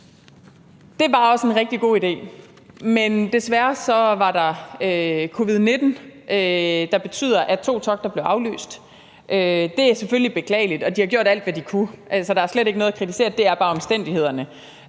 det var også en rigtig god idé. Men desværre var der covid-19, der betød, at de to togter blev aflyst. Det er selvfølgelig beklageligt, og de har gjort alt, hvad de kunne. Der er slet ikke noget at kritisere; det var bare omstændighederne.